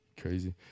Crazy